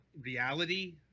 reality